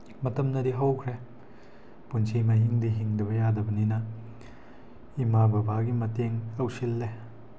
ꯃꯇꯝꯅꯗꯤ ꯍꯧꯈ꯭ꯔꯦ ꯄꯨꯟꯁꯤ ꯃꯍꯤꯡꯗꯤ ꯍꯤꯡꯗꯕ ꯌꯥꯗꯕꯅꯤꯅ ꯏꯃꯥ ꯕꯕꯥꯒꯤ ꯃꯇꯦꯡ ꯇꯧꯁꯤꯜꯂꯦ